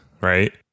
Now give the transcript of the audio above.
right